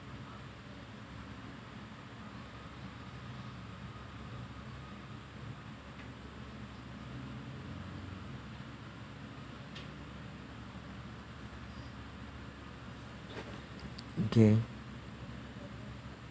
okay